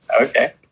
Okay